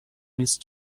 نیست